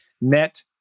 net